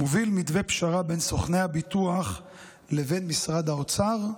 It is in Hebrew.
אני מוביל מתווה פשרה בין סוכני הביטוח לבין משרד האוצר,